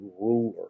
ruler